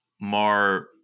more